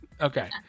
Okay